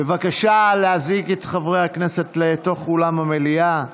בבקשה להזעיק את חברי הכנסת לתוך אולם המליאה.